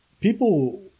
people